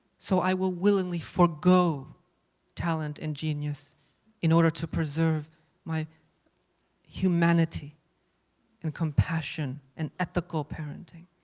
so i will willingly forego talent and genius in order to preserve my humanity and compassion and ethical parenting,